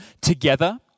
together